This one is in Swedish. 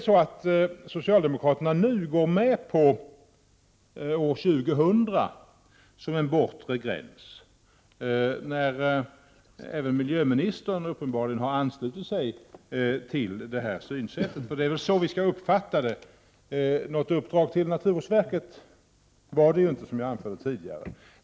Går socialdemokraterna nu med på att år 2000 gäller som en bortre gräns? Även miljöministern har uppenbarligen anslutit sig till detta synsätt. Något uppdrag till naturvårdsverket var det inte fråga om, som jag tidigare anfört.